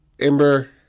Ember